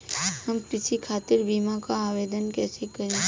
हम कृषि खातिर बीमा क आवेदन कइसे करि?